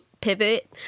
pivot